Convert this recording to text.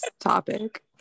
topic